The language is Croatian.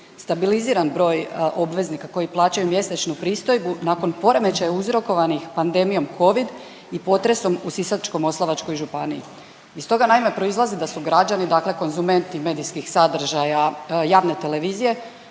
stabiliziran broj obveznika koji plaćaju mjesečnu pristojbu nakon poremećaja uzrokovanih pandemijom Covid i potresom u Sisačko-moslavačkoj županiji i stoga, naime, proizlazi da su građani, dakle konzumenti medijskih sadržaja javne televizije,